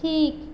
ঠিক